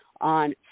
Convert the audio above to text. on